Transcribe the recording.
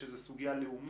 שזה סוגיה לאומית,